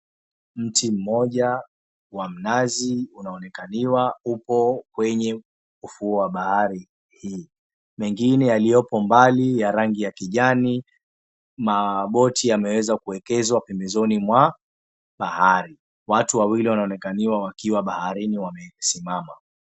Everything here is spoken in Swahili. Mti mmoja wa mnazi unaonekaniwa upo kwenye ufuo wa bahari hii mengine yaliyopo mbali ya rangi ya kijani maboti yameweza kuekezwa pembezoni mwa bahari. Watu wawili wanaonekaniwa wakiwa baharini wamesimama.